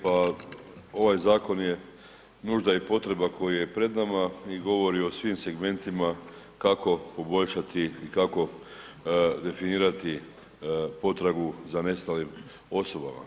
Pa ovaj zakon je nužda i potreba koja je pred nama i govori o svim segmentima kako poboljšati i kako definirati potragu za nestalim osobama.